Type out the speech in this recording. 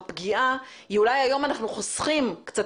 הפגיעה היא כזאת שאולי היום אנחנו חוסכים קצת